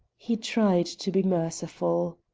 he tried to be merciful.